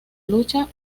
lucha